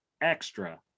extra